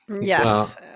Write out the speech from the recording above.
Yes